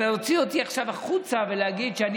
אז להוציא אותי עכשיו החוצה ולהגיד שאני